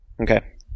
okay